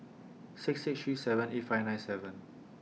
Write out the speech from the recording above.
six six three seven eight five nine seven